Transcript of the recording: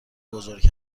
بزرگ